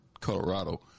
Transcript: Colorado